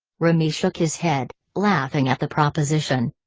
remy shook his head, laughing at the proposition.